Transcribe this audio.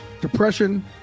depression